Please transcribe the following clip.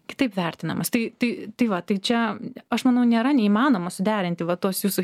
kitaip vertinamas tai tai tai va tai čia aš manau nėra neįmanoma suderinti va tuos jūsų